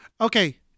okay